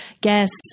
guests